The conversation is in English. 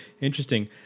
Interesting